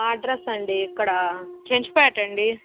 address అండి ఇక్కడ చెంచుపేటండి